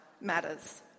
matters